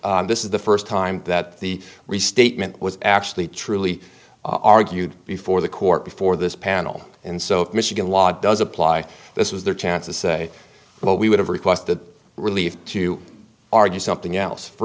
this is the first time that the restatement was actually truly argued before the court before this panel and so if michigan law does apply this is their chance to say well we would have requested relief to argue something else for